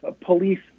police